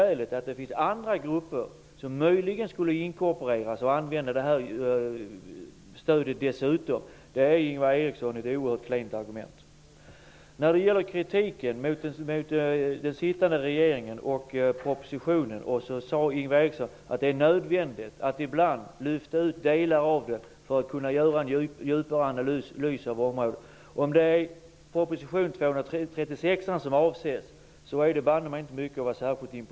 Att andra grupper möjligen skulle inkorporeras och använda stödet är ett oerhört klent argument, Ingvar Eriksson. När det gäller kritiken mot den sittande regeringen och mot propositionen sade Ingvar Eriksson att det är nödvändigt att lyfta ut delar för att kunna göra en djupare analys av området. Om det är proposition 1993/94:236 som avses är det banne mig inte mycket att vara imponerad av.